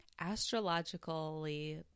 Astrologically